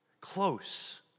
close